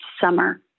summer